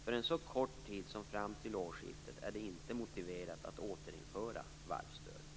För en så kort tid som fram till årsskiftet är det inte motiverat att återinföra varvsstödet.